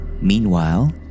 Meanwhile